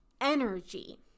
energy